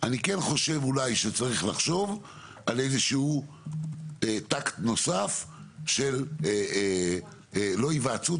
אני כן חושב אולי שצריך ל חשוב על איזשהו טקט נוסף של לא היוועצות,